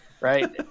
right